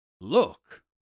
Look